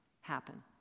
happen